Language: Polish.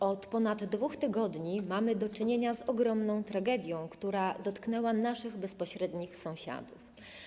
Od ponad 2 tygodni mamy do czynienia z ogromną tragedią, jaka dotknęła naszych bezpośrednich sąsiadów.